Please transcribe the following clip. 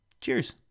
Cheers